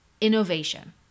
innovation